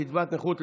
קצבת נכות לעולים),